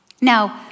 Now